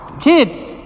Kids